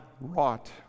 wrought